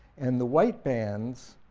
and the white bands